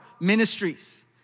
ministries